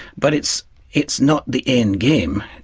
but it's it's not the end game.